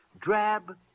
drab